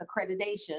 accreditation